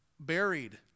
Buried